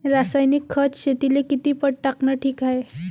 रासायनिक खत शेतीले किती पट टाकनं ठीक हाये?